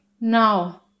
now